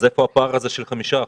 אז איפה הפער הזה של 5%?